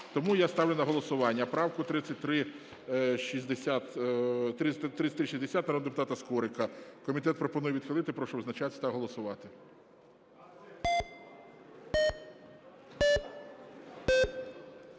Тому я ставлю на голосування правку 3360 народного депутата Скорика. Комітет пропонує відхилити. Прошу визначатись та голосувати.